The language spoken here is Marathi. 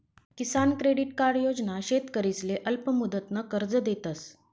किसान क्रेडिट कार्ड योजना शेतकरीसले अल्पमुदतनं कर्ज देतस